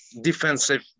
defensive